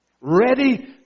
ready